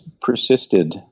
persisted